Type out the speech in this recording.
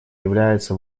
является